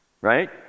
right